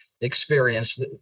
experience